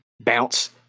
bounce